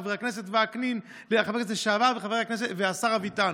חבר הכנסת לשעבר וקנין והשר אביטן.